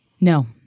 No